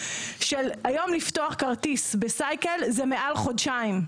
של היום לפתוח כרטיס בסייקל זה מעל חודשיים,